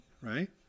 right